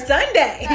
Sunday